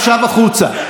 עכשיו, החוצה.